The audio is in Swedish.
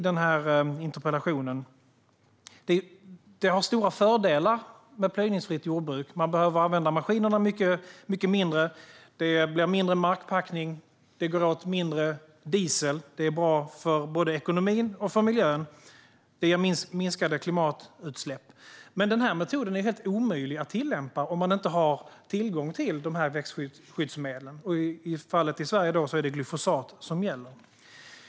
Det har stora fördelar. Man behöver använda maskinerna mycket mindre. Det blir mindre markpackning. Det går åt mindre diesel, vilket är bra för både ekonomin och miljön. Och det ger minskade klimatutsläpp. Metoden är dock helt omöjlig att tillämpa om man inte har tillgång till de här växtskyddsmedlen. Och i Sverige är det alltså glyfosat som gäller.